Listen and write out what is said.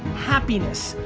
happiness.